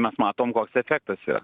mes matom koks efektas yra